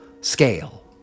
scale